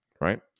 right